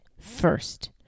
first